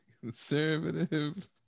Conservative